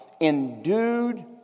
endued